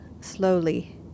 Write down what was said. Slowly